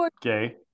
Gay